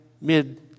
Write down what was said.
mid